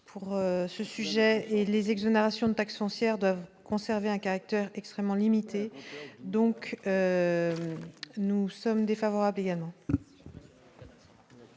pour ce sujet et les exonérations de taxes sont chères doivent conserver un caractère extrêmement limité, donc nous sommes défavorables également.